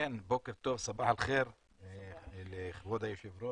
בוקר טוב, סבאח אל חיר לכבוד היושב,